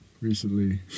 recently